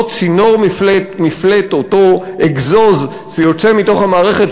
אותו צינור מפלט או אותו אגזוז שיוצא מתוך המערכת